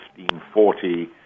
1540